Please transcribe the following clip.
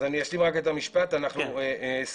אז אני רק אשלים את המשפט אנחנו עם 25%